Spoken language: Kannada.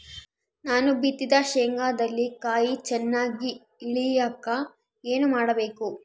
ನಾನು ಬಿತ್ತಿದ ಶೇಂಗಾದಲ್ಲಿ ಕಾಯಿ ಚನ್ನಾಗಿ ಇಳಿಯಕ ಏನು ಮಾಡಬೇಕು?